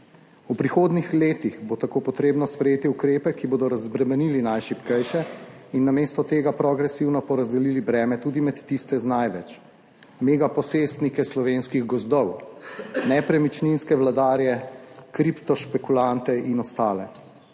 V prihodnjih letih bo tako potrebno sprejeti ukrepe, ki bodo razbremenili najšibkejše in namesto tega progresivno porazdelili breme tudi med tiste z največ: mega posestnike slovenskih gozdov, nepremičninske vladarje, kripto špekulante in ostale.